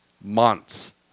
months